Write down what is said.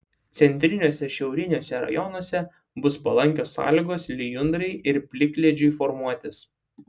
centriniuose šiauriniuose rajonuose bus palankios sąlygos lijundrai ir plikledžiui formuotis